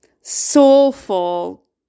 soulful